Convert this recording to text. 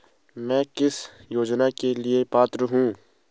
मैं किस योजना के लिए पात्र हूँ?